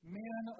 men